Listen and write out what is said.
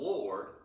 Lord